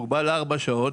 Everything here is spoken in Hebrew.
מוגבל לעבוד ארבע שעות,